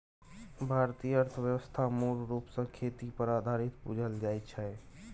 भारतीय अर्थव्यवस्था मूल रूप सँ खेती पर आधारित बुझल जाइ छै